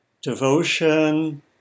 devotion